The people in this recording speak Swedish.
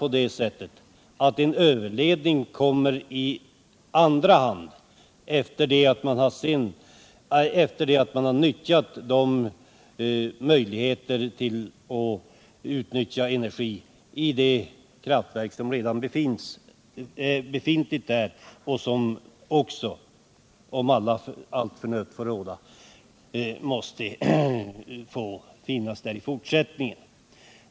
= riksplaneringen för Men en överledning måste självfallet komma i andra hand — efter det — vattendrag i norra att man har utnyttjat möjligheterna att skapa energi i det här redan be = Svealand och fintliga kraftverket som också, om allt förnuft får råda, måste få finnas - Norrland där i fortsättningen.